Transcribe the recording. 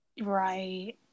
right